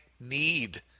need